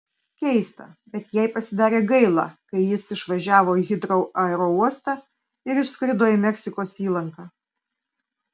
keista bet jai pasidarė gaila kai jis išvažiavo į hitrou aerouostą ir išskrido į meksikos įlanką